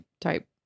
type